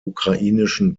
ukrainischen